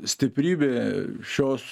stiprybė šios